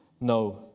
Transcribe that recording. no